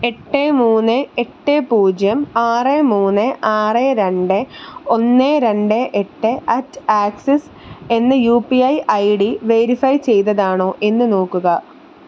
എട്ട് മൂന്ന് എട്ട് പൂജ്യം ആറ് മൂന്ന് ആറ് രണ്ട് ഒന്ന് രണ്ട് എട്ട് അറ്റ് ആക്സിസ് എന്ന U P I I D verify ചെയ്തതാണോ എന്ന് നോക്കുക